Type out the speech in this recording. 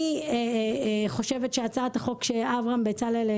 אני חושבת שהצעת החוק שאברהם בצלאל,